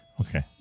Okay